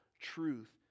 truth